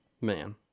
Man